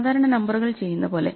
സാധാരണ നമ്പറുകൾ ചെയ്യുന്ന പോലെ